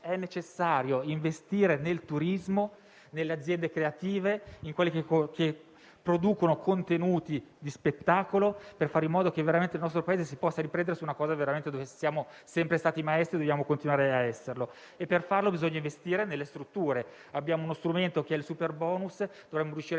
necessario investire nel turismo, nelle aziende creative e in quelle che producono contenuti di spettacolo per fare in modo che il nostro Paese si possa riprendere in un campo in cui siamo sempre stati maestri e dobbiamo continuare a esserlo. Per farlo bisogna investire nelle strutture. Abbiamo lo strumento del superbonus; dovremmo riuscire